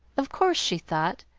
of course, she thought.